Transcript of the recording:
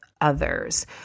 others